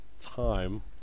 time